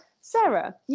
Sarah